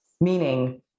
Meaning